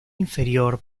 inferior